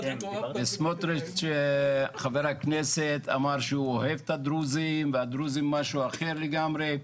וח"כ סמוטריץ' אמר שהוא אוהב את הדרוזים והדרוזים זה משהו אחר לגמרי,